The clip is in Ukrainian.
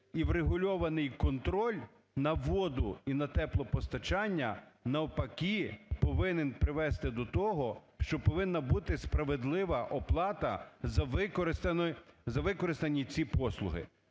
і врегульований контроль на воду і на теплопостачання навпаки повинен привести до того, що повинна бути справедлива оплата за використані ці послуги.